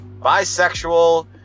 bisexual